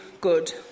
good